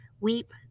weep